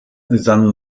san